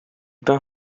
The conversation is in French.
pain